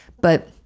But-